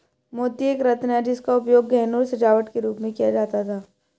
मोती एक रत्न है जिसका उपयोग गहनों और सजावट के रूप में किया जाता था